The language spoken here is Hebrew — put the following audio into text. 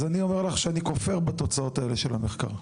אז אני אומר לך שאני כופר בתוצאות האלה של המחקר.